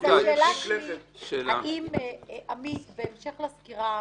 השאלה היא, עמית, בהמשך לסקירה שנתת,